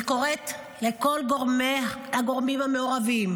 אני קוראת לכל הגורמים המעורבים,